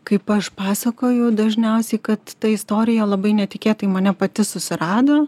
kaip aš pasakoju dažniausiai kad ta istorija labai netikėtai mane pati susirado